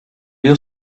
you